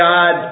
God